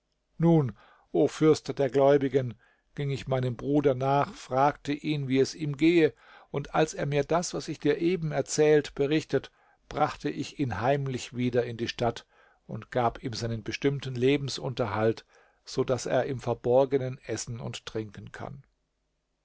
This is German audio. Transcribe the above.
nun o fürst der gläubigen ging ich meinem bruder nach fragte ihn wie es ihm gehe und als er mir das was ich dir eben erzählt berichtet brachte ich ihn heimlich wieder in die stadt und gab ihm seinen bestimmten lebensunterhalt so daß er im verborgenen essen und trinken kann